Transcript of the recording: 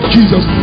Jesus